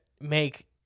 make